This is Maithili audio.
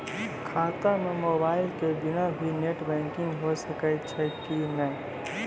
खाता म मोबाइल के बिना भी नेट बैंकिग होय सकैय छै कि नै?